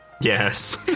Yes